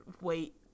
wait